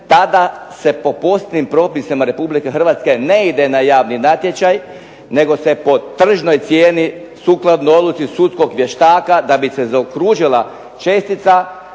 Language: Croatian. tada se po posebni propisima Republike Hrvatske ne ide na javni natječaj nego se po tržnoj cijeni sukladno odluci sudskog vještaka, da bi se zaokružila čestica